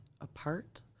apart